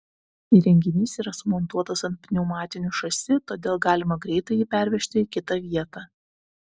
įrenginys yra sumontuotas ant pneumatinių šasi todėl galima greitai jį pervežti į kitą vietą